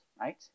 right